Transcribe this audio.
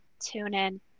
TuneIn